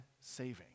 saving